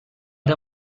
der